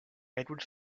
edward